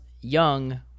young